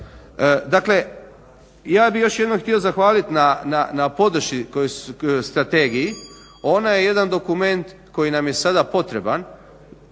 Dakle ja bih još jednom htio zahvalit na podršci strategiji. Ona je jedan dokument koji nam je sada potreban,